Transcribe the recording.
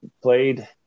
played